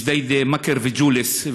ג'דיידה-מכר וג'וליס,